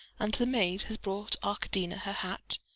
and the maid has brought arkadina her hat,